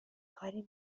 کاری